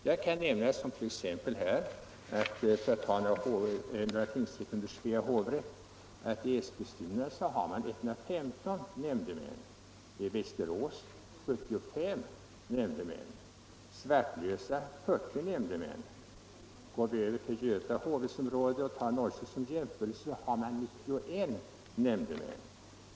Jag kan för att ta några exempel från tingsrätterna under Svea hovrätt nämna att i Eskilstuna har man 115 nämndemän, i Västerås 75 nämndemän och i Svartlösa 40 nämndemän. Går vi över till Göta hovrätts område och tar Norrköping som jämförelse, så har man där 91 nämndemän.